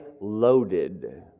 loaded